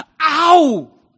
Ow